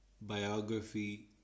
biography